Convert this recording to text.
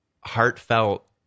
heartfelt